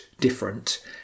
different